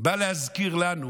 בא להזכיר לנו,